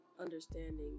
understanding